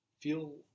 feel